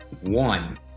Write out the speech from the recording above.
one